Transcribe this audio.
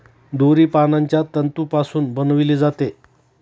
दोरी पानांच्या तंतूपासून बनविली जाते